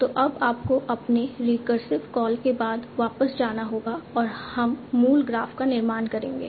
तो अब आपको अपने रिकरसिव कॉल के बाद वापस जाना होगा और हम मूल ग्राफ का निर्माण करेंगे